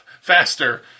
Faster